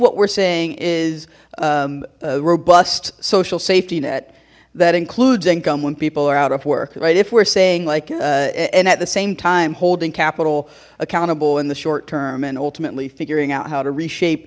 what we're saying is robust social safety net that includes income when people are out of work right if we're saying like and at the same time holding capital accountable in the short term and ultimately figuring out how to